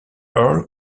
earl